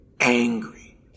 angry